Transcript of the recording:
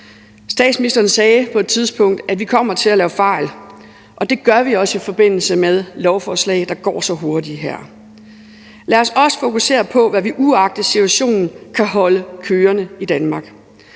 Statsministeren sagde på et tidspunkt, at vi kommer til at lave fejl, og det gør vi også i forbindelse med lovforslag, hvor det går så hurtigt som her. Lad os også fokusere på, hvad vi uagtet situationen kan holde kørende i Danmark.